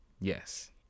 yes